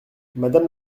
madame